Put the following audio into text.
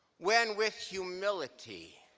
when with humility